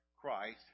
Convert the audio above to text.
Christ